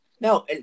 No